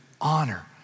honor